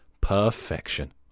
Perfection